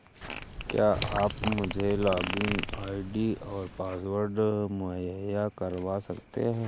क्या आप मुझे लॉगिन आई.डी और पासवर्ड मुहैय्या करवा सकते हैं?